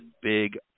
Big